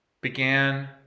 began